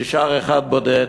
נשאר אחד בודד.